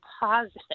positive